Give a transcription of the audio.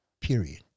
period